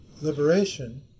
liberation